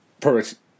Perfect